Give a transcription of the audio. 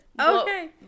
Okay